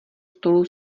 stolu